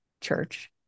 church